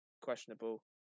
questionable